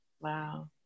Wow